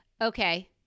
okay